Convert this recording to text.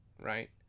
Right